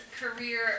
career